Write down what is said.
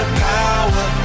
power